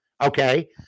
Okay